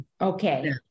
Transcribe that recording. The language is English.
Okay